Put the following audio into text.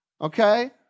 Okay